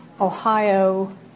Ohio